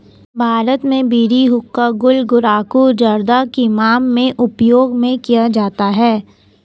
भारत में बीड़ी हुक्का गुल गुड़ाकु जर्दा किमाम में उपयोग में किया जाता है